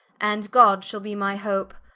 and god shall be my hope,